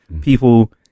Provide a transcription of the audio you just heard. people